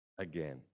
again